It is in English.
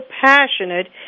passionate